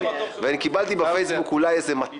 קיבלתי בפייסבוק אולי 200